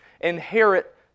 inherit